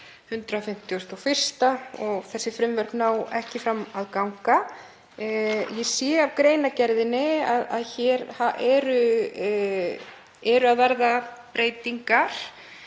151. Þessi frumvörp náðu ekki fram að ganga. Ég sé af greinargerðinni að hér eru að verða breytingar